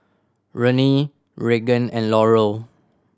Renee Regan and Laurel